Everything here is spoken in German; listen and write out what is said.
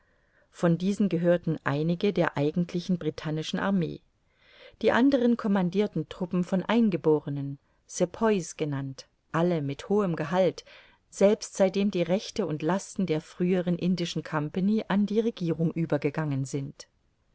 von diesen gehörten einige der eigentlichen britannischen armee die anderen commandirten truppen von eingeborenen sepoys genannt alle mit hohem gehalt selbst seitdem die rechte und lasten der früheren indischen compagnie an die regierung übergegangen sind